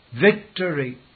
victory